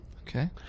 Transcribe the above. Okay